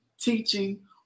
teaching